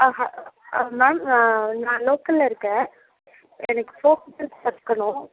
ஆ ஆ மேம் ஆ நான் லோக்கலில் இருக்கேன் எனக்கு ஃபோக் டான்ஸ் கற்றுக்கணும்